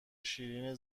شیرین